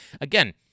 again